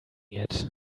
yet